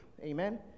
Amen